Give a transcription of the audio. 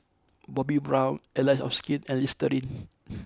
Bobbi Brown Allies of Skin and Listerine